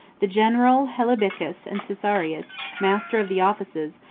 the general hellebicus and caesarius, master of the offices,